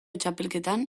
txapelketan